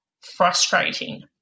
frustrating